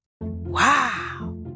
Wow